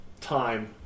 Time